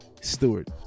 Stewart